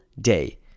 day